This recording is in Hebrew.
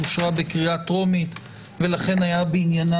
מכיוון שהיא אושרה בקריאה טרומית כבר היה בעניינה